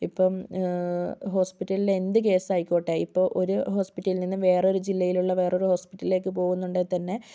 ഇപ്പം ഹോസ്പിറ്റലിൽ എന്ത് കേസ് ആയിക്കോട്ടെ ഇപ്പോൾ ഒരു ഹോസ്പിറ്റലിൽ നിന്നും വേറൊരു ജില്ലയിലുള്ള വേറൊരു ഹോസ്പിറ്റലിലേക്ക് പോകുന്നുണ്ടെങ്കിൽ തന്നെ